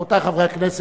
רבותי חברי הכנסת,